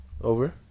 Over